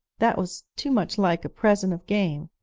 that was too much like a present of game.